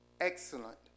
excellent